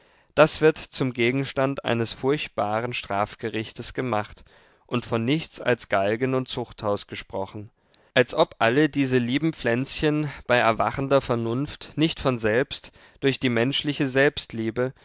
das wird zum gegenstand eines furchtbaren strafgerichtes gemacht und von nichts als galgen und zuchthaus gesprochen als ob alle diese lieben pflänzchen bei erwachender vernunft nicht von selbst durch die menschliche selbstliebe